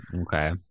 Okay